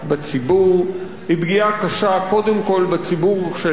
היא פגיעה קשה קודם כול בציבור של אלה שאין להם.